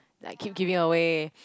like keep giving away